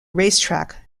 racetrack